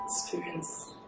experience